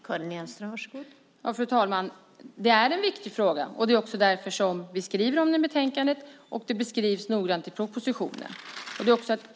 Fru talman! Det är en viktig fråga. Det är också därför som vi skriver om den i betänkandet, och det beskrivs noggrant i propositionen.